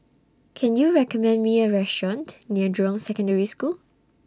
Can YOU recommend Me A Restaurant near Jurong Secondary School